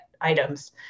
items